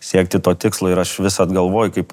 siekti to tikslo ir aš visad galvoju kaip